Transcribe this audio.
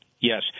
yes